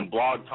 Blog